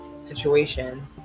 situation